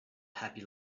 happy